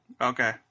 Okay